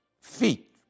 feet